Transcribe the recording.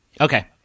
Okay